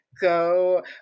go